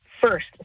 first